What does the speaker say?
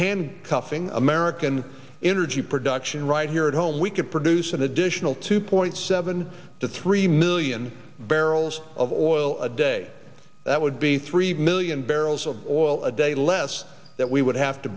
handcuffing american energy production right here at home we could produce an additional two point seven to three million barrels of oil a day that would be three million barrels of oil a day less that we would have to